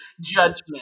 judgment